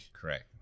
Correct